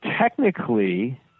technically